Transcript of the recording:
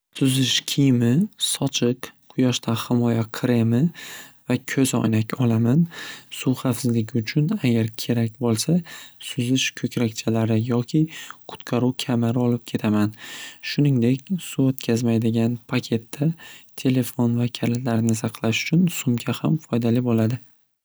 Suzish kiyimi, sochiq, quyoshdan himoya kremi va ko'zoynak olaman suv xavfsizligi uchun agar kerak bo'lsa suzish ko'krakchalari yoki qutqaruv kamari olib ketaman shuningdek suv o'tkazmaydigan paketda telefon va kalitlarni saqlash uchun sumka ham foydali bo'ladi.